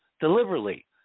deliberately